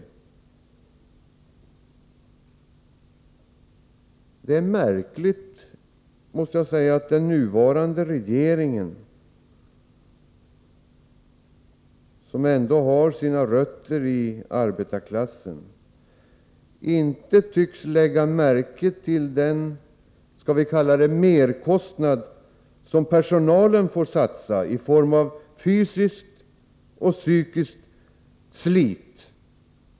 Det är märkligt, måste jag säga, att den nuvarande regeringen, som ändå har sina rötter i arbetarklassen, inte tycks lägga märke till den ”merkostnad” som personalen får satsa i form av fysiskt och psykiskt slit.